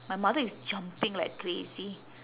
my mother is jumping like crazy